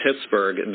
Pittsburgh